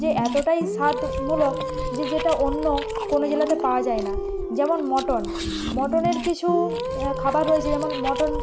যে এতোটাই স্বাদমূলক যে যেটা অন্য কোনো জেলাতে পাওয়া যায় না যেমন মটন মটনের কিছু খাবার রয়েছে যেমন মটন